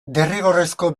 derrigorrezko